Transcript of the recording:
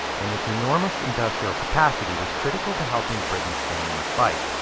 and its enormous industrial capacity was critical to helping britain stay in the fight.